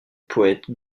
poète